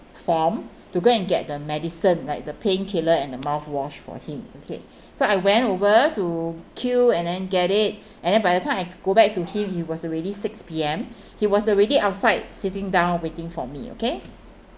form to go and get the medicine like the painkiller and the mouthwash for him okay so I went over to queue and then get it and then by the time I go back to him he was already six P_M he was already outside sitting down waiting for me okay